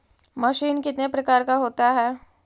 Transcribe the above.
Machine कितने प्रकार का होता है?